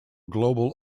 global